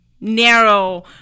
narrow